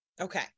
Okay